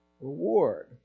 reward